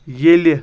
ییٚلہِ